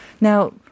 Now